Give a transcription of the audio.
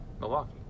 Milwaukee